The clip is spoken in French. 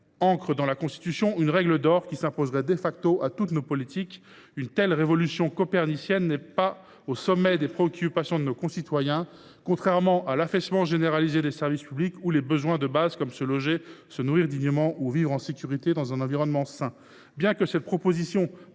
ancrerait dans la Constitution une règle d’or qui s’imposerait à toutes nos politiques. Une telle révolution copernicienne n’arrive pas en tête des préoccupations de nos concitoyens, contrairement à l’affaissement généralisé des services publics ou aux besoins de base que sont se loger, se nourrir dignement ou vivre en sécurité dans un environnement sain. Bien que cette proposition